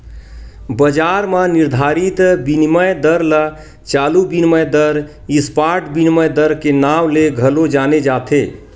बजार म निरधारित बिनिमय दर ल चालू बिनिमय दर, स्पॉट बिनिमय दर के नांव ले घलो जाने जाथे